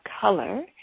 color